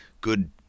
good